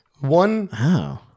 One